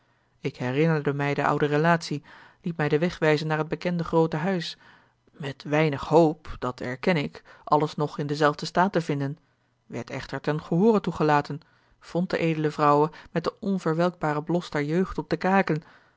ik herinnerde mij de oude relatie liet mij den weg wijzen naar het bekende groote huis met weinig hoop dat erken ik alles nog in denzelfden staat te vinden werd echter ten gehoore toegelaten vond de edele vrouwe met den onverwelkbaren blos der jeugd op de kaken